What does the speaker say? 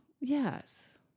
Yes